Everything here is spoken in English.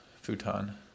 futon